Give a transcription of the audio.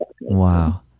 Wow